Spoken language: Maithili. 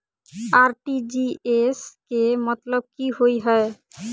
आर.टी.जी.एस केँ मतलब की होइ हय?